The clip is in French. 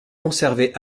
conservées